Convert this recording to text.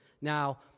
now